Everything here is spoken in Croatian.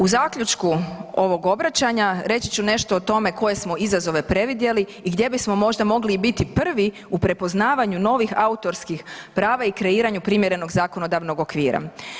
U zaključku ovog obraćanja reći ću nešto o tome koje smo izazove previdjeli i gdje bismo možda i mogli biti prvi u prepoznavanju novih autorskih prava i kreiranju primjerenog zakonodavnog okvira.